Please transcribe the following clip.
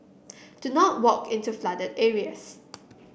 do not walk into flooded areas